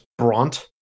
bront